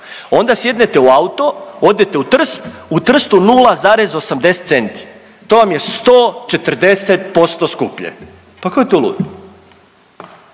onda sjednete u auto odete u Trst u Trstu 0,80 centri, to vam je 140% skuplje. Pa ko je tu lud?